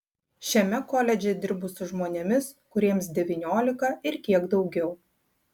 šiame koledže dirbu su žmonėmis kuriems devyniolika ir kiek daugiau